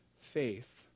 faith